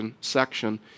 section